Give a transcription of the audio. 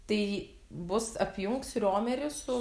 tai bus apjungs romerį su